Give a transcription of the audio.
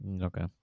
okay